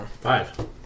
Five